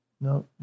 No